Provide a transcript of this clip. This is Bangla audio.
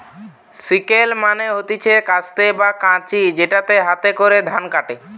সিকেল মানে হতিছে কাস্তে বা কাঁচি যেটাতে হাতে করে ধান কাটে